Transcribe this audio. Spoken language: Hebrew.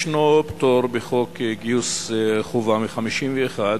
ישנו פטור בחוק גיוס חובה מ-1951,